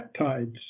peptides